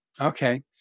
Okay